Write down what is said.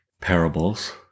parables